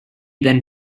then